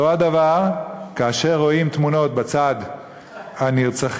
אותו דבר כאשר רואים תמונות בצד הנרצחים,